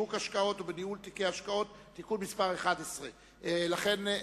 בשיווק השקעות ובניהול תיקי השקעות (תיקון מס' 11). לכן,